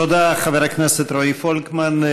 תודה, חבר הכנסת רועי פולקמן.